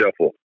shuffle